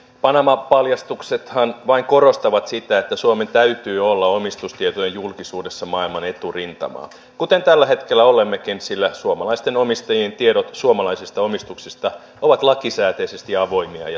panama paljastuksethan vain korostavat sitä että suomen täytyy olla omistustietojen julkisuudessa maailman eturintamaa kuten tällä hetkellä olemmekin sillä suomalaisten omistajien tiedot suomalaisista omistuksista ovat lakisääteisesti avoimia ja tunnistettavia